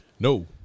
No